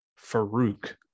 Farouk